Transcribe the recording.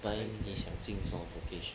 but then 你想进什么 vocation